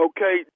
Okay